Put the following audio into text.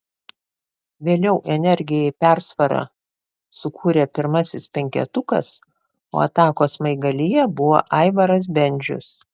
vėliau energijai persvarą sukūrė pirmasis penketukas o atakos smaigalyje buvo aivaras bendžius